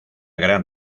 gran